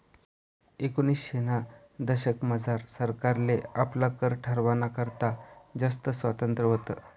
एकोनिसशेना दशकमझार सरकारले आपला कर ठरावाना करता जास्त स्वातंत्र्य व्हतं